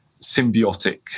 symbiotic